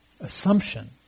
assumption